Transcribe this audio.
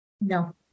no